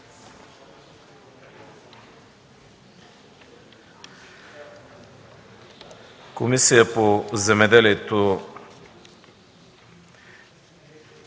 Комисия по земеделието